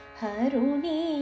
haruni